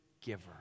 giver